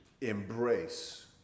embrace